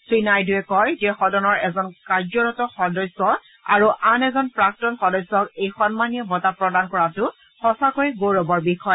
শ্ৰীনাইডুৱে কয় যে সদনৰ এজন কাৰ্যৰত সদস্য আৰু আন এজন প্ৰাক্তন সদস্যক এই সন্মানীয় বঁটা প্ৰদান কৰাটো সঁচাকৈয়ে গৌৰৱৰ বিষয়